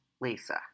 Lisa